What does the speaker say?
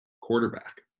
quarterback